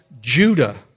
Judah